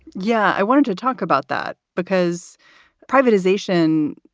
yeah. i wanted to talk about that because privatization,